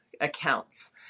accounts